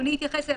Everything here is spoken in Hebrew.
על